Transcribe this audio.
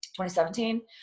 2017